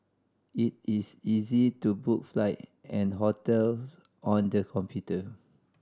it is easy to book flight and hotel on the computer